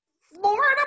Florida